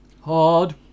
Hard